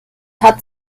hat